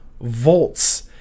volts